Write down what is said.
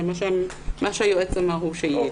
מה שהיועץ אמר, הוא שיהיה.